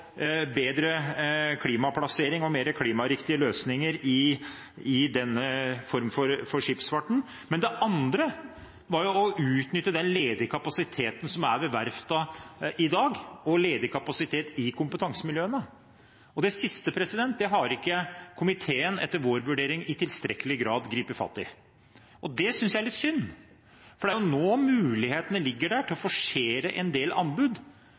bedre klimaplassering og mer klimariktige løsninger i denne formen for skipsfart. Men det andre var å utnytte den ledige kapasiteten som er ved verftene i dag, og den ledige kapasitet i kompetansemiljøene. Det siste har ikke komiteen etter vår vurdering i tilstrekkelig grad grepet fatt i. Det synes jeg er litt synd, for det er nå mulighetene ligger der til å forsere en del anbud,